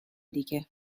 دیگه